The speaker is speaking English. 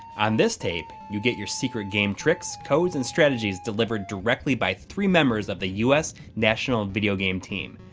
um this tape, you get your secret game tricks, codes and strategies delivered directly by a three members of the u s. national video game team.